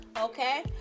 okay